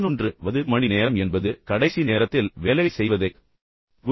11 வது மணி நேரம் என்பது கடைசி நேரத்தில் வேலை செய்வதைக் குறிக்கும் மொழிவழக்காகும்